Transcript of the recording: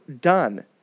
done